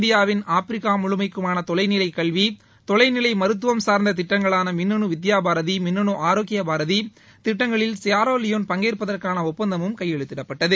இந்தியாவின் ஆப்பிரிக்கா முழுமைக்கான தொலைநிலைக் கல்வி தொலைநிலை மருத்துவம் சார்ந்த திட்டங்களான மின்னனு வித்பா பாரதி மின்னனு ஆரோக்கிய பாரதி திட்டங்களில் சியாரா லியோன் பங்கேற்பதற்கான ஒப்பந்தமும் கையெழுத்திடபட்டது